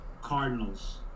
Cardinals